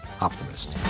Optimist